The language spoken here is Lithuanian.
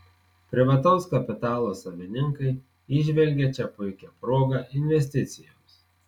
privataus kapitalo savininkai įžvelgia čia puikią progą investicijoms